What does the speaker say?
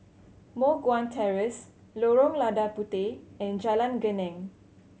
Moh Guan Terrace Lorong Lada Puteh and Jalan Geneng